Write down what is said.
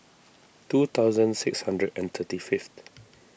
two thousand six hundred and thirty fifth